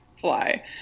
fly